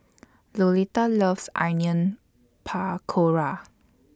Lolita loves Onion Pakora